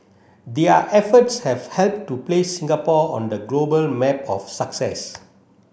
their efforts have helped to place Singapore on the global map of success